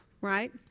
right